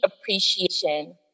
appreciation